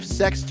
sex